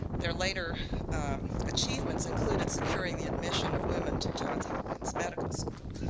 their later achievements included securing the admission of women to johns hopkins medical school.